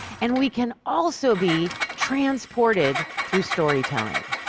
and we can also be transported through storytelling.